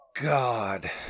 God